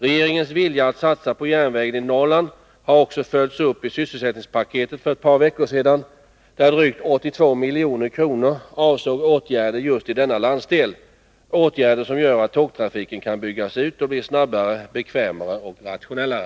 Regeringens vilja att satsa på järnvägen i Norrland har också följts upp i sysselsättningspaketet för ett par veckor sedan, där drygt 82 milj.kr. avsåg åtgärder just i denna landsdel — åtgärder som gör att tågtrafiken kan byggas ut och bli snabbare, bekvämare och rationellare.